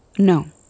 No